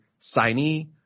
signee